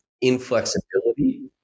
inflexibility